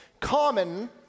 common